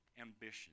ambition